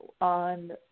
on